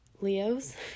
Leos